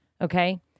okay